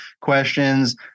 questions